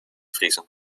vriezen